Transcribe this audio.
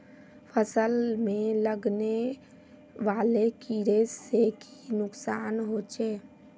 फसल में लगने वाले कीड़े से की नुकसान होचे?